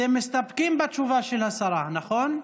אתם מסתפקים בתשובה של השרה, נכון?